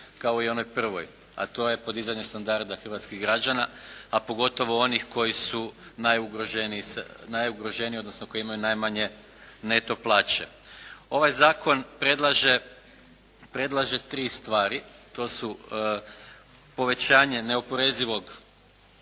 kao i u onoj prvoj, a to je podizanje standarda hrvatskih građana, a pogotovo onih koji su najugroženiji, odnosno koji imaju najmanje neto plaće. Ovaj zakon predlaže tri stvari. To su povećanje neoporezive